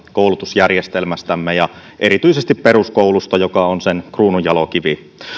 koulutusjärjestelmästämme ja erityisesti peruskoulusta joka on sen kruununjalokivi